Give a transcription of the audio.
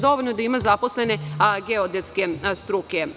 Dovoljno je da ima zaposlene geodetske struke.